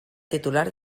titular